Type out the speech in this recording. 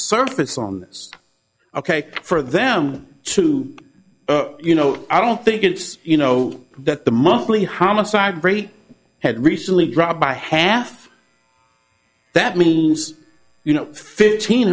surface on this ok for them to you know i don't think it's you know that the monthly homicide rate had recently dropped by half that means you know fifteen